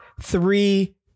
three